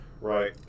right